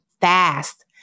fast